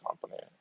company